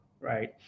right